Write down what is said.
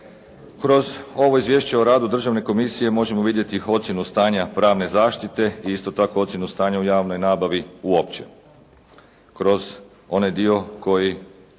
Kroz ovo Izvješće o radu Državne komisije možemo vidjeti ocjenu stanja pravne zaštite i isto tako ocjenu stanja u javnoj nabavi uopće. Kroz onaj dio koji